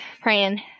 praying